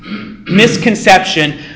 misconception